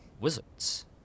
wizards